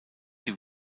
sie